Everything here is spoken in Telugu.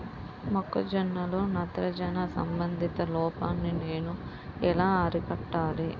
మొక్క జొన్నలో నత్రజని సంబంధిత లోపాన్ని నేను ఎలా అరికట్టాలి?